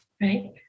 right